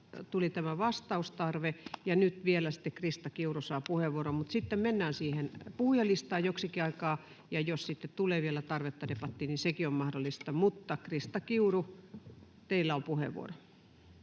tuli tämä vastaustarve, ja nyt vielä sitten Krista Kiuru saa puheenvuoron. Mutta sitten mennään siihen puhujalistaan joksikin aikaa. Ja jos sitten tulee vielä tarvetta debattiin, niin sekin on mahdollista. — Krista Kiuru, teillä on puheenvuoro.